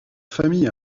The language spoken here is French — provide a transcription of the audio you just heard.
famille